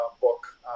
book